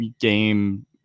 game